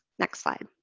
next slide.